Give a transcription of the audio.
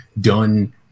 done